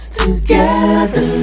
together